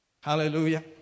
Hallelujah